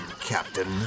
Captain